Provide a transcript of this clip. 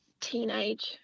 teenage